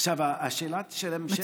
שאלת ההמשך,